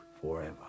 forever